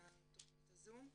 מהתכנית הזאת.